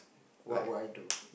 what would I do